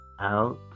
out